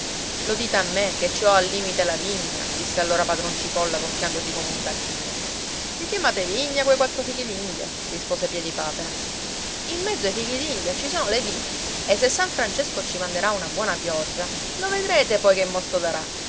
lo dite a me che ci ho a limite la vigna disse allora padron cipolla gonfiandosi come un tacchino i chiamate vigna quei quattro fichidindia rispose piedipapera in mezzo ai fichidindia ci sono le viti e se san francesco ci manderà una buona pioggia lo vedrete poi che mosto darà